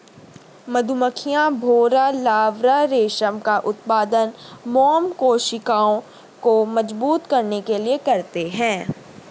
मधुमक्खियां, भौंरा लार्वा रेशम का उत्पादन मोम कोशिकाओं को मजबूत करने के लिए करते हैं